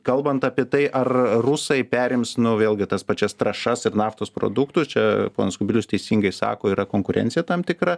kalbant apie tai ar rusai perims nu vėlgi tas pačias trąšas ir naftos produktus čia ponas kubilius teisingai sako yra konkurencija tam tikra